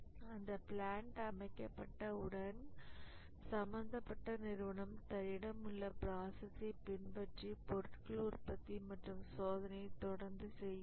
அந்த பிளான்ட் அமைக்கப்பட்ட உடன் சம்பந்தப்பட்ட நிறுவனம் தன்னிடமுள்ள ப்ராசஸ்யை பின்பற்றி பொருட்கள் உற்பத்தி மற்றும் சேவைகளை தொடர்ந்து செய்யும்